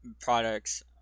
products